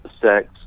sex